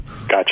Gotcha